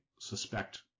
suspect